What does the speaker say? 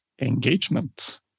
engagement